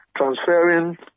transferring